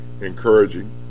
encouraging